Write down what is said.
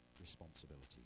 responsibility